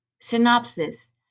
synopsis